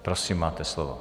Prosím, máte slovo.